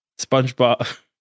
Spongebob